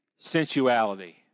sensuality